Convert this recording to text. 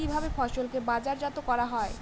কিভাবে ফসলকে বাজারজাত করা হয়?